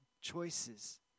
choices